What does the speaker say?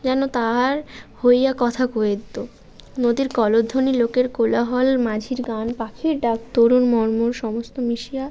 যেন তাহার হইয়া কথা কয়ে দিতো নদীর কলধ্বনি লোকের কোলাহল মাঝির গান পাখির ডাক তরুণ মর্মর সমস্ত মিশিয়া